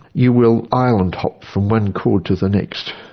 you will island-hop from one chord to the next.